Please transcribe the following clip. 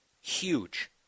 Huge